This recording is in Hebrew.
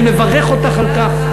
אני מברך אותך על כך,